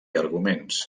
arguments